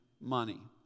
money